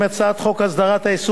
הצעת חוק הסדרת העיסוק